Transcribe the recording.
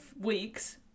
weeks